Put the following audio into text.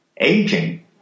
aging